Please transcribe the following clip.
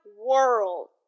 world